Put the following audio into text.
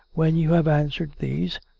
when you have answered these,